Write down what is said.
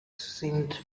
seemed